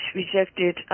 rejected